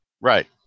Right